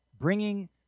bringing